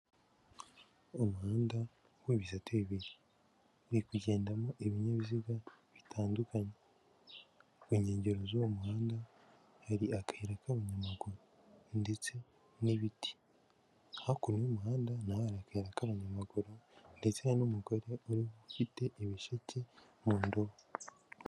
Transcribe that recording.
Umuhanda b'ibisate bibiri uri kugendamo ibinyabiziga bitandukanye, ku nkengero z'uwo muhanda hari akayira k'abanyamaguru ndetse n'ibiti, hakurya y'uwo muhanda naho hari akayira k'anyamaguru ndetse n'umugore ufite ibisheke mu ndobo.